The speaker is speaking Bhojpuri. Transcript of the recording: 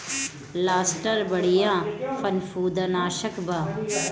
लस्टर बढ़िया फंफूदनाशक बा